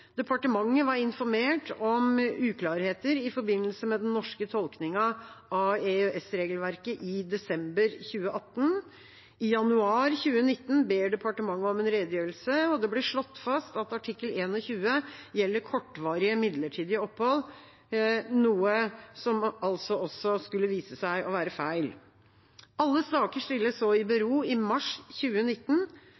Departementet var informert om uklarheter i forbindelse med den norske tolkningen av EØS-regelverket i desember 2018. I januar 2019 ba departementet om en redegjørelse, og det ble slått fast at artikkel 21 gjelder kortvarige midlertidige opphold, noe som altså også skulle vise seg å være feil. Alle saker stilles så i